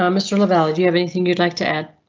um mr. lavalley. do you have anything you'd like to add?